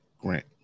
Grant